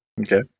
Okay